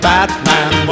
Batman